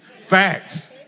facts